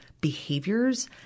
behaviors